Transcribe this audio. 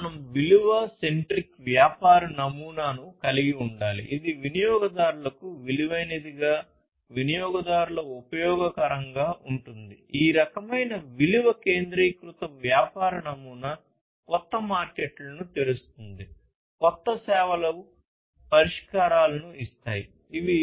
మనం విలువ సెంట్రిక్ వ్యాపార నమూనాను వ్యాపార నమూనా కొత్త మార్కెట్లను తెరుస్తుంది కొత్త సేవలు పరిష్కారాలను ఇస్తాయి ఇవి